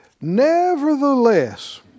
Nevertheless